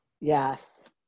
Yes